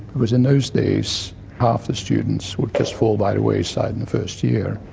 because in those days half the students would just fall by the wayside in the first year.